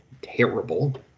terrible